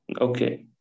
Okay